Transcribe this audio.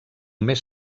més